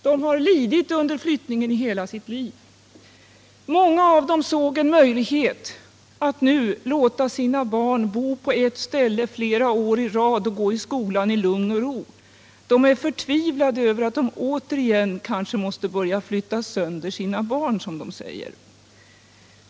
De har lidit av flyttningar i hela sitt liv. Många av dem såg en möjlighet att nu låta sina barn få bo på ett ställe flera år i rad och få gå i skolan i lugn och ro. De är förtvivlade över att de återigen kanske måste börja ”flytta sönder” sina barn, som de säger.